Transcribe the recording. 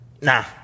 nah